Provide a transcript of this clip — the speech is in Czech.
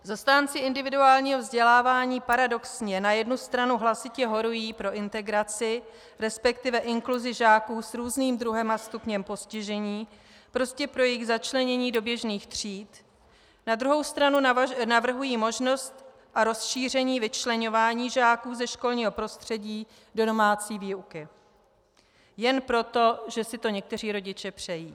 Zastánci individuálního vzdělávání paradoxně na jednu stranu hlasitě horují pro integraci, resp. inkluzi žáků s různým druhem a stupněm postižení, prostě pro jejich začlenění do běžných tříd, na druhou stranu navrhují možnost a rozšíření vyčleňování žáků ze školního prostředí do domácí výuky jen pro to, že si to někteří rodiče přejí.